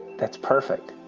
that's perfect!